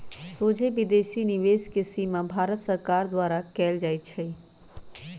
सोझे विदेशी निवेश के सीमा भारत सरकार द्वारा कएल जाइ छइ